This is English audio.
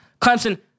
Clemson